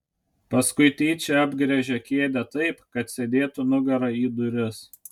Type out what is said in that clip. paskui tyčia apgręžė kėdę taip kad sėdėtų nugara į duris